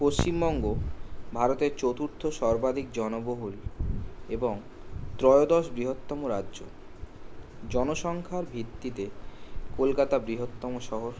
পশ্চিমবঙ্গ ভারতের চতুর্থ সর্বাধিক জনবহুল এবং ত্রয়োদশ বৃহত্তম রাজ্য জনসংখ্যার ভিত্তিতে কলকাতা বৃহত্তম শহর